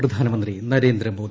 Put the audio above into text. A പ്രധാനമന്ത്രി നരേന്ദ്രമോദി